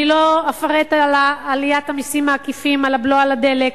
לא אפרט על עליית המסים העקיפים, מס הבלו על הדלק,